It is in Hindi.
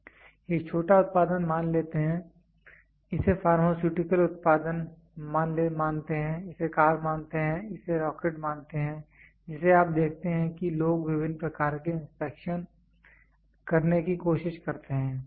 एक छोटा उत्पाद मान लेते हैं इसे फार्मास्युटिकल उत्पाद मानते हैं इसे कार मानते हैं इसे रॉकेट मानते हैं जिसे आप देखते हैं कि लोग विभिन्न प्रकार के इंस्पेक्शन करने की कोशिश करते हैं